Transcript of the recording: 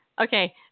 Okay